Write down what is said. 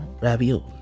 ravioli